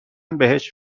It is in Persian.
بهش